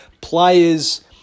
players